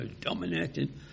dominating